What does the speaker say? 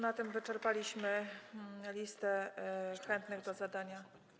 Na tym wyczerpaliśmy listę chętnych do zadania.